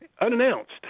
Unannounced